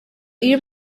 uyu